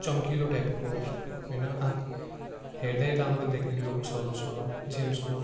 चम्किलो टाइफको होइन आँक हेर्दै राम्रो देख्ने लुक्सहरू छ जेम्सको